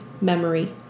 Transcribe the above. memory